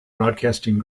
broadcasting